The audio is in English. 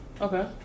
Okay